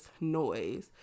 noise